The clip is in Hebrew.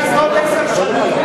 מליאה זה עוד עשר שנים.